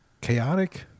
chaotic